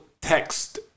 text